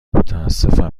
متاسفم